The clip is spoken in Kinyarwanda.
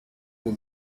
urwo